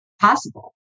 possible